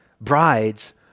brides